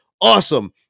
awesome